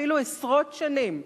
אפילו עשרות שנים,